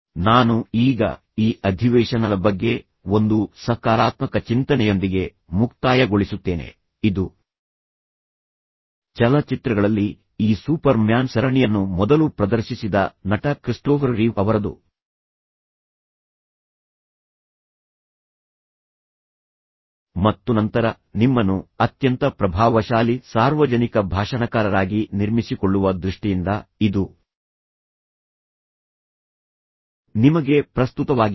ನಾನು ಈಗ ಈ ಅಧಿವೇಶನದ ಬಗ್ಗೆ ಒಂದು ಸಕಾರಾತ್ಮಕ ಚಿಂತನೆಯೊಂದಿಗೆ ಮುಕ್ತಾಯಗೊಳಿಸುತ್ತೇನೆ ಇದು ಚಲನಚಿತ್ರಗಳಲ್ಲಿ ಈ ಸೂಪರ್ಮ್ಯಾನ್ ಸರಣಿಯನ್ನು ಮೊದಲು ಪ್ರದರ್ಶಿಸಿದ ನಟ ಕ್ರಿಸ್ಟೋಫರ್ ರೀವ್ ಅವರದು ಮತ್ತು ನಂತರ ನಿಮ್ಮನ್ನು ಅತ್ಯಂತ ಪ್ರಭಾವಶಾಲಿ ಸಾರ್ವಜನಿಕ ಭಾಷಣಕಾರರಾಗಿ ನಿರ್ಮಿಸಿಕೊಳ್ಳುವ ದೃಷ್ಟಿಯಿಂದ ಇದು ನಿಮಗೆ ಪ್ರಸ್ತುತವಾಗಿದೆ